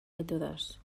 mètodes